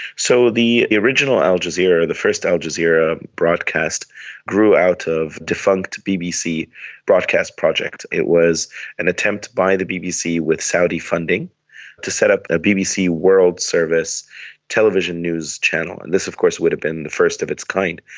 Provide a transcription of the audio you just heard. so the original al jazeera, the first al jazeera broadcast grew out of a defunct bbc broadcast project. it was an attempt by the bbc with saudi funding to set up a bbc world service television news channel, and this of course would have been the first of its kind.